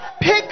Pick